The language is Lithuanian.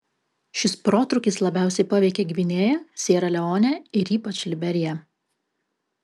šis protrūkis labiausiai paveikė gvinėją siera leonę ir ypač liberiją